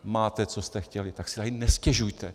Máte, co jste chtěli, tak si nestěžujte.